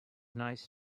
nice